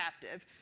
captive